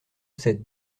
sept